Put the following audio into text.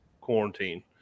quarantine